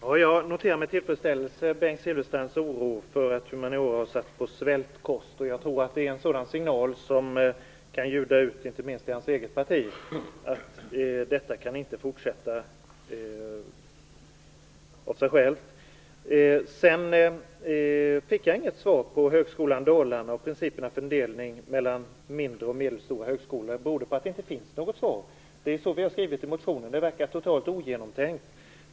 Herr talman! Jag noterar med tillfredsställelse Bengt Silfverstrands oro för att humaniora har satts på svältkost. Jag tror att en signal om att det inte kan fortsätta kan ljuda inte minst i hans eget parti. Jag fick inget svar på frågan om Högskolan Dalarna och principerna för fördelning mellan mindre och medelstora högskolor. Beror det på att det inte finns något svar? Det är så vi har skrivit i motionen. Det verkar totalt ogenomtänkt.